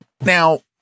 now